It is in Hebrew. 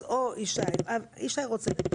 אז ישי רוצה.